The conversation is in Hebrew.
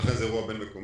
ולכן זה אירוע בין-מקומי.